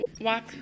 walk